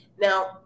Now